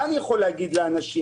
מה אני יכול להגיד לאנשים,